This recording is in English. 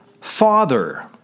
Father